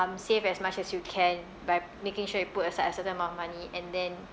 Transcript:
um save as much as you can by making sure you put aside a certain amount of money and then